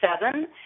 seven